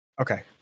Okay